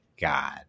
God